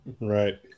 Right